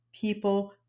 people